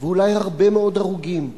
ואולי הרבה מאוד הרוגים,